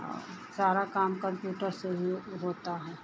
और सारा काम कंप्यूटर से ही होता है